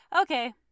Okay